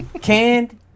canned